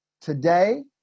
Today